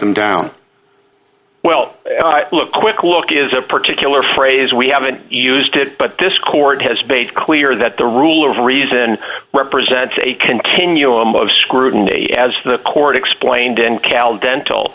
them down well look quick look is a particular phrase we haven't used it but this court has based clear that the rule of reason represents a continuum of scrutiny as the court explained in cal dental